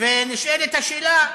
נשאלת השאלה,